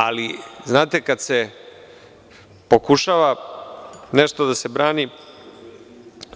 Ali, kada se pokušava nešto da se brani,